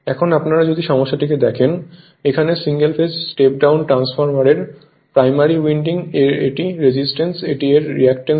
এখন আপনারা যদি সমস্যাটিকে দেখেন এখানে সিঙ্গেল ফেজ স্টেপ ডাউন ট্রান্সফরমারের প্রাইমারি উইন্ডিং এর এটি রেজিস্টেন্স এবং এটি এর রিয়্যাকট্যান্স হয়